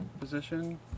position